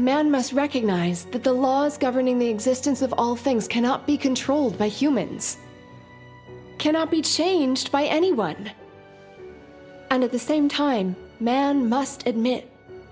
man must recognize that the laws governing the existence of all things cannot be controlled by humans cannot be changed by anyone and at the same time man must admit